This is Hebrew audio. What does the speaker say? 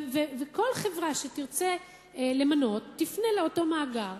וכל חברה שתרצה למנות תפנה לאותו מאגר.